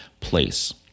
place